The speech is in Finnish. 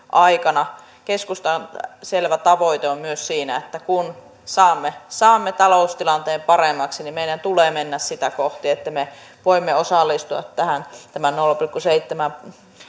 aikana keskustan selvä tavoite on myös siinä että kun saamme saamme taloustilanteen paremmaksi niin meidän tulee mennä sitä kohti että me voimme osallistua tämän nolla pilkku seitsemän